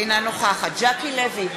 אינה נוכחת ז'קי לוי,